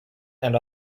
and